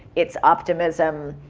it's optimism.